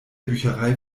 bücherei